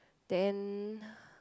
then